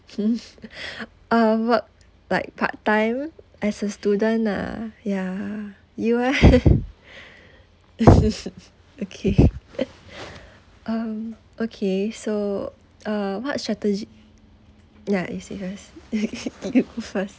uh work like part time as a student ah ya you eh okay um okay so uh what strategy ya you say first you first